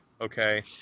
okay